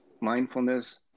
mindfulness